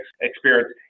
experience